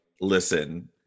listen